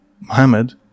Muhammad